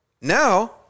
Now